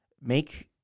make –